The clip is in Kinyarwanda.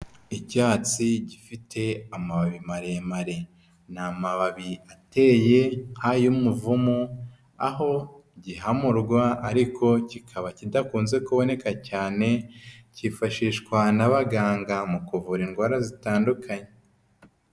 Icyatsi gifite amababi maremare ni amababi ateye nkay'umuvumu, aho gihamurwa ariko kikaba kidakunze kuboneka cyane, kifashishwa n'abaganga mu kuvura indwara zitandukanye.